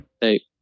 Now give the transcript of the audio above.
Hey